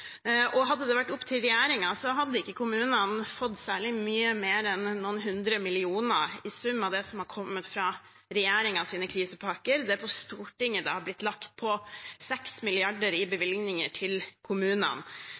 Og hadde det vært opp til regjeringen, hadde ikke kommunene fått særlig mye mer enn noen hundre millioner i sum av det som har kommet fra regjeringens krisepakker, det er på Stortinget det har blitt lagt på 6 mrd. kr i bevilgninger til kommunene.